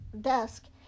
desk